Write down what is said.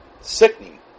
sickening